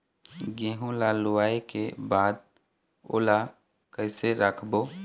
गेहूं ला लुवाऐ के बाद ओला कइसे राखबो?